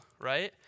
right